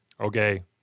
okay